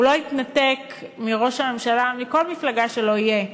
הוא לא יתנתק מראש הממשלה, מכל מפלגה שלא יהיה,